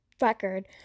record